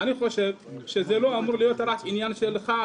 אני חושב שזה לא אמור להיות רק עניין שלך,